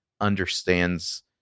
understands